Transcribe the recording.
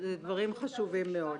אלה דברים חשובים מאוד.